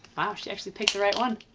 wow. she actually picked the right one